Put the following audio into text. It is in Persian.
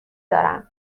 دارم